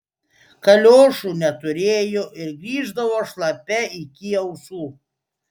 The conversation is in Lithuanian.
kaliošų neturėjo ir grįždavo šlapia iki ausų